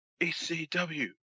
ECW